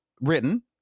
written